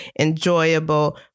enjoyable